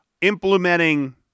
implementing